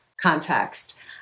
context